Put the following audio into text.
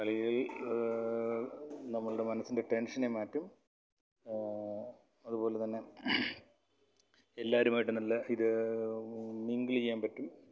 കളികൾ നമ്മളുടെ മനസ്സിൻ്റെ ടെൻഷനെ മാറ്റും അതുപോലെ തന്നെ എല്ലാവരുമായിട്ട് നല്ല ഇത് മിംഗിൾ ചെയ്യാൻ പറ്റും